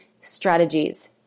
strategies